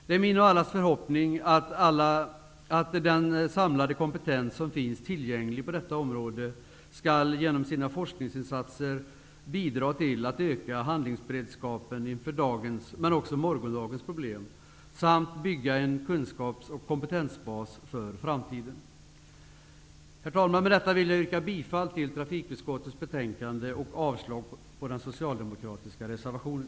Det är min och allas förhoppning att den samlade kompetens som finns tillgänglig på detta område skall, genom sina forskningsinsatser, bidra till att öka handlingsberedskapen inför dagens, men också morgondagens, problem samt bygga upp en kunskaps och kompetensbas för framtiden. Herr talman! Med detta vill jag yrka bifall till hemställan i trafikutskottets betänkande och avslag på den socialdemokratiska reservationen.